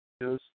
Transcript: Yes